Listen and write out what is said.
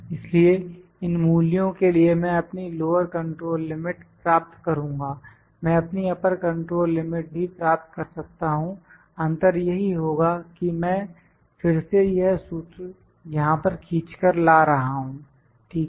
इसलिए इन मूल्यों के लिए मैं अपनी लोअर कंट्रोल लिमिट प्राप्त करुंगा मैं अपनी अपर कंट्रोल लिमिट भी प्राप्त कर सकता हूं अंतर यही होगा कि मैं फिर से यह सूत्र यहां पर खींचकर ला रहा हूं ठीक है